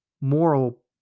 moral